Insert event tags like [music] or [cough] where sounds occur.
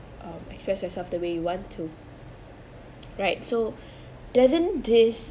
um express yourself the way you want to [noise] right so doesn't this